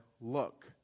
Look